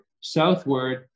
southward